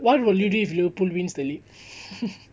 I will be triggered lah I will be triggered